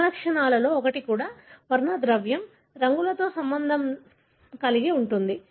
సమలక్షణాలలో ఒకటి కూడా వర్ణద్రవ్యం రంగులతో సంబంధం కలిగి ఉంటుంది